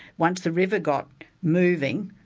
once the river got moving,